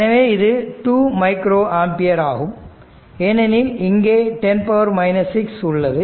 எனவே இது 2 micro ampere ஆகும் ஏனெனில் இங்கே 10 6 உள்ளது